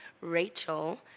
Rachel